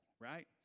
Right